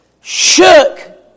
shook